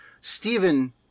Stephen